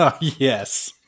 Yes